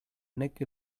nek